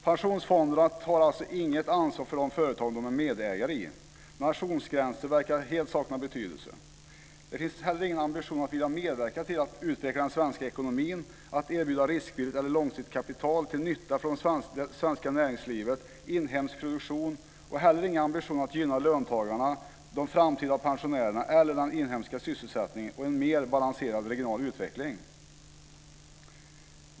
Pensionsfonderna tar alltså inget ansvar för de företag de är medägare i. Nationsgränser verkar helt sakna betydelse. Det finns ingen ambition att vilja medverka till att utveckla den svenska ekonomin, att erbjuda riskvilligt eller långsiktigt kapital till nytta för det svenska näringslivet och inhemsk produktion. Det finns heller ingen ambition att gynna löntagarna, de framtida pensionärerna, eller den inhemska sysselsättningen och en mer balanserad regional utveckling.